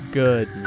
good